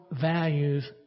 values